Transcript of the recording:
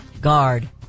Guard